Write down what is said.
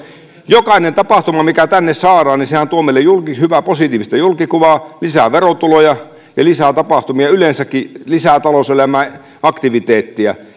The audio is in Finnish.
jokainen tapahtumahan mikä tänne saadaan tuo meille hyvää positiivista julkikuvaa lisää verotuloja ja lisää tapahtumia yleensäkin lisää talouselämään aktiviteettia